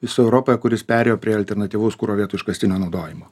visoj europoj kuris perėjo prie alternatyvaus kuro vietoj iškastinio naudojimo